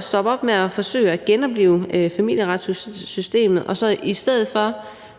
stopper med at forsøge at genoplive Familieretshussystemet. I stedet for